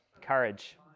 courage